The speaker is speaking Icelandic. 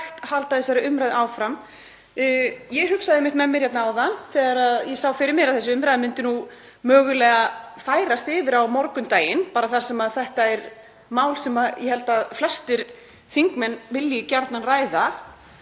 halda þessari umræðu áfram. Ég hugsaði einmitt með mér hérna áðan, þegar ég sá fyrir mér að þessi umræða myndi nú mögulega færast yfir á morgundaginn þar sem þetta er mál sem ég held að flestir þingmenn vilji gjarnan ræða,